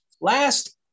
last